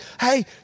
hey